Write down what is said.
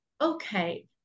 okay